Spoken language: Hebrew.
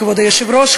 כבוד היושב-ראש,